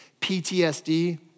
PTSD